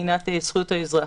מבחינת זכויות האזרח.